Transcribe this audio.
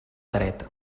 dret